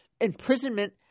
imprisonment